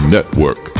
Network